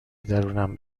درونم